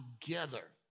together